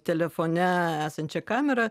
telefone esančia kamera